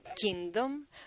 kingdom